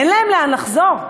אין להם לאן לחזור.